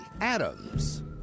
Adams